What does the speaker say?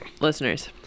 Listeners